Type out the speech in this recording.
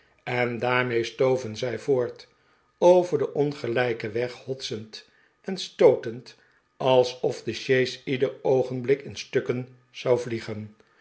en daarmee stoven zij voort over den ongelijken weg hotsend en stootend alsof de sjees ieder oogenblik in stukken zou vliegen